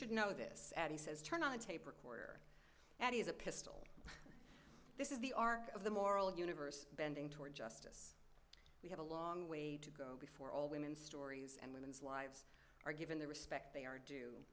should know this as he says turn on a tape recorder and he is a pistol this is the ark of the moral universe bending toward just we have a long way to go before all women's stories and women's lives are given the respect they are d